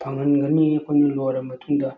ꯐꯪꯍꯟꯒꯅꯤ ꯑꯩꯈꯣꯏꯅ ꯂꯣꯏꯔꯕ ꯃꯇꯨꯡꯗ